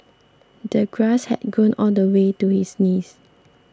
the grass had grown all the way to his knees